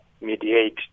mediate